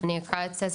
אני אקריא את הסיפור,